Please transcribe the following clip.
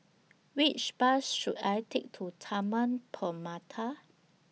Which Bus should I Take to Taman Permata